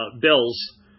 bills